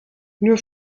nur